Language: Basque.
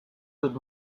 dut